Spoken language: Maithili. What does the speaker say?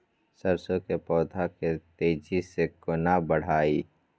सरसो के पौधा के तेजी से केना बढईये?